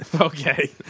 Okay